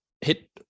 hit